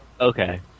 okay